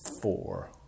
Four